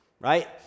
right